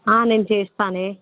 నేను చేస్తాను